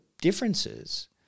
differences